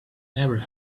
never